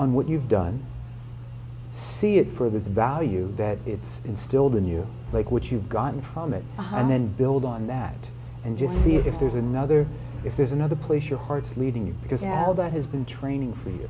on what you've done see it for the value that it's instilled in you like what you've gotten from it and then build on that and just see if there's another if there's another place your heart's leading because now that has been training for you